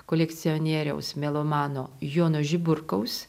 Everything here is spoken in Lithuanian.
kolekcionieriaus melomano jono žiburkaus